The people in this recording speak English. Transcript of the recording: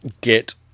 get